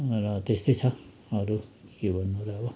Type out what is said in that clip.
र त्यस्तै छ अरू के भन्नु र अब